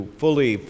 fully